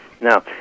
Now